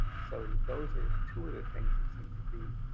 so those are two of the things that seem to be